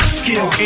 skill